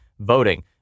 voting